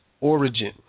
origin